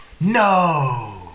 No